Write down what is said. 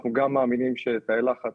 אנחנו גם מאמינים שתאי לחץ